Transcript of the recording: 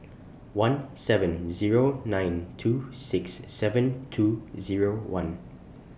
one seven Zero nine two six seven two Zero one